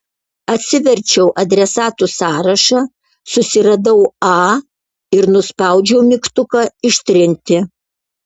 atsiverčiau adresatų sąrašą susiradau a ir nuspaudžiau mygtuką ištrinti